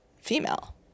female